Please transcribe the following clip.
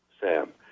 Sam